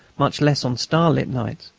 much less on starlit nights.